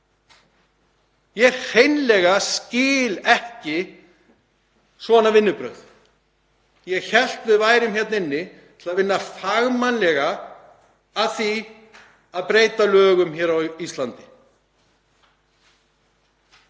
Ég hreinlega skil ekki svona vinnubrögð. Ég hélt að við værum hérna inni til að vinna fagmannlega að því að breyta lögum hér á Íslandi.